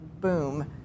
boom